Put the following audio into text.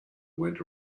went